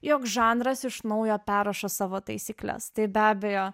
jog žanras iš naujo perrašo savo taisykles tai be abejo